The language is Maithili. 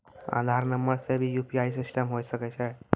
आधार नंबर से भी यु.पी.आई सिस्टम होय सकैय छै?